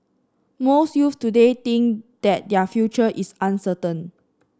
most youths today think that their future is uncertain